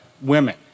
women